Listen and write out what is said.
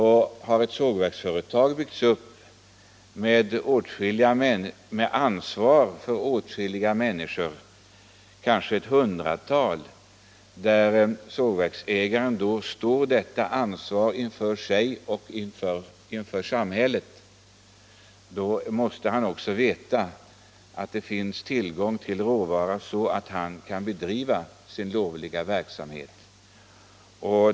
Har ett sågverksföretag byggts upp med ansvar för åtskilliga människor, kanske ett hundratal, måste sågverksägaren också veta att det finns tillgång till råvara så att han kan bedriva sin verksamhet.